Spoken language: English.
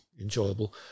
enjoyable